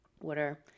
water